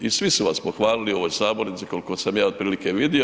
I svi su vas pohvalili u ovoj sabornici koliko sam ja otprilike vidio.